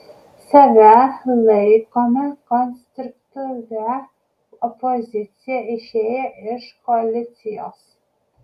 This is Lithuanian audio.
save laikome konstruktyvia opozicija išėję iš koalicijos